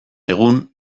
egun